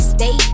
Stay